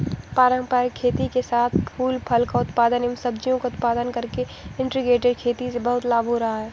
पारंपरिक खेती के साथ साथ फूल फल का उत्पादन एवं सब्जियों का उत्पादन करके इंटीग्रेटेड खेती से बहुत लाभ हो रहा है